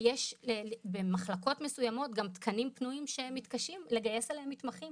ויש במחלקות מסוימות גם תקנים פנויים שמתקשים לגייס אליהם מתמחים.